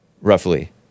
Roughly